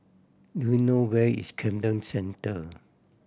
do you know where is Camden Centre